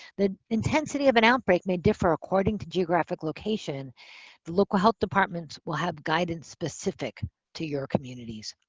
the intensity of an outbreak may differ according to geographic location. the local health departments will have guidance specific to your communities.